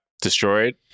destroyed